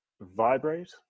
vibrate